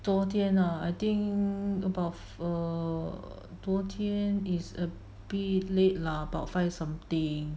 昨天 ah I think about err 昨天 is a bit late lah about five something